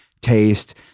taste